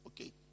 Okay